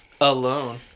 Alone